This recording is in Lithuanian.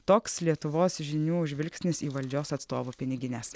toks lietuvos žinių žvilgsnis į valdžios atstovų pinigines